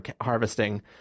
harvesting